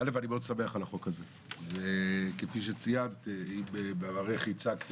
אני שמח על החוק הזה, ציינת שבעברך ייצגת